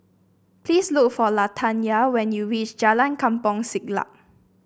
please look for Latanya when you reach Jalan Kampong Siglap